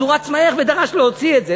אז הוא רץ מהר ודרש להוציא את זה.